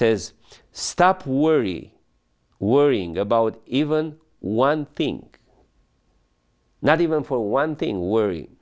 says stop worry worrying about even one thing not even for one thing worry